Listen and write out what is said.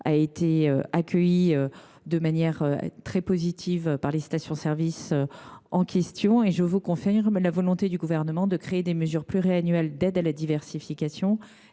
a été accueillie de manière très positive par les stations service et je vous confirme la volonté du Gouvernement de créer des mesures pluriannuelles d’aide à la diversification